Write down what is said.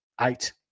eight